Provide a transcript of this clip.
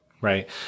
right